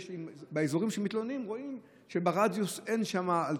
שבאזורים שמתלוננים רואים שברדיוס אין שום אנטנה.